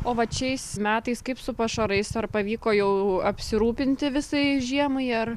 o vat šiais metais kaip su pašarais ar pavyko jau apsirūpinti visai žiemai ar